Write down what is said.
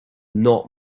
not